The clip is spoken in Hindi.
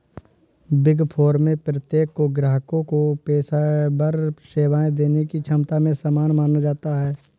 बिग फोर में प्रत्येक को ग्राहकों को पेशेवर सेवाएं देने की क्षमता में समान माना जाता है